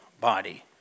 body